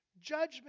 Judgment